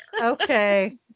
Okay